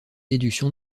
déduction